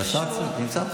אבל השר נמצא פה.